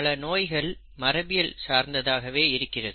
பல நோய்கள் மரபியல் சார்ந்ததாகவே இருக்கிறது